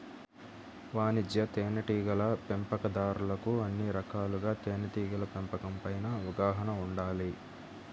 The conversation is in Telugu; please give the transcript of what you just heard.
వాణిజ్య తేనెటీగల పెంపకందారులకు అన్ని రకాలుగా తేనెటీగల పెంపకం పైన అవగాహన ఉండాలి